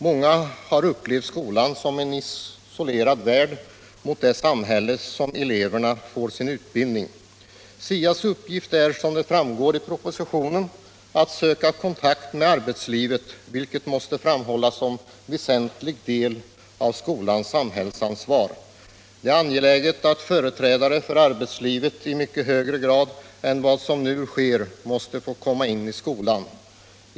Många har upplevt skolan som en värld för LL sig, isolerad från det samhälle som eleverna får sin utbildning till. Om arbetslivsorien SIA:s uppgift är, som framgår av propositionen, att söka kontakt med = tering för lärare arbetslivet. Detta måste framhållas som en väsentlig del av skolans samhällsansvar. Det är angeläget att företrädare för arbetslivet i mycket högre grad än vad som nu sker får komma in i skolan.